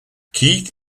keith